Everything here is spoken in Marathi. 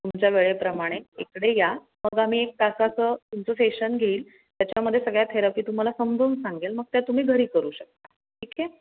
तुमच्या वेळेप्रमाणे इकडे या मग आम्ही एक तासाचं तुमचं सेशन घेईल त्याच्यामध्ये सगळ्या थेरपी तुम्हाला समजवून सांगेल मग त्या तुम्ही घरी करू शकता ठीक आहे